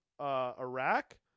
Iraq